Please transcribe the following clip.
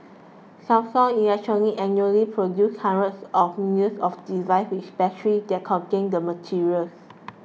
Samsung Electronics annually produces hundreds of millions of devices with batteries that contain the materials